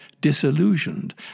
disillusioned